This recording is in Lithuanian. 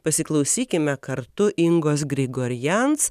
pasiklausykime kartu ingos grigorjans